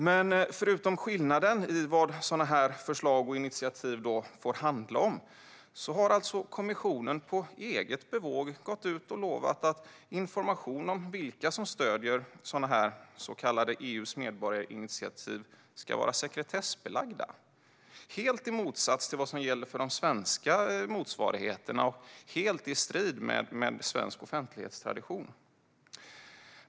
Men förutom skillnaden i vad sådana förslag och initiativ får handla om har alltså kommissionen på eget bevåg gått ut och lovat att information om vilka som stöder EU:s så kallade medborgarinitiativ ska vara sekretessbelagd, helt i motsats till vad som gäller för de svenska motsvarigheterna och helt i strid med svensk offentlighetstradition.